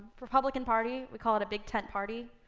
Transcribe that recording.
republican party, we call it a big tent party,